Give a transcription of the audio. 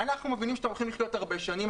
אנחנו מבינים שאתם הולכים לחיות הרבה שנים,